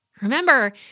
Remember